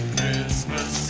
Christmas